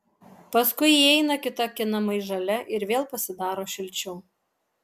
paskui įeina kita akinamai žalia ir vėl pasidaro šilčiau